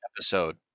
episode